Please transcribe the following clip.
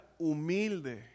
humilde